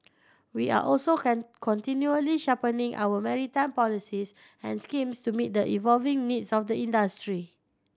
we are also continually sharpening our maritime policies and schemes to meet the evolving needs of the industry